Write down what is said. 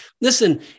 Listen